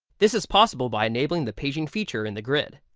this is possible by enabling the paging feature in the grid.